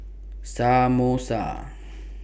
Samosa